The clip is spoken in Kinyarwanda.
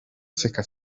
seka